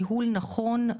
דימונה.